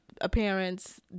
appearance